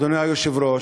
אדוני היושב-ראש,